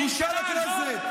בושה לכנסת.